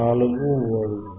4 వోల్ట్లు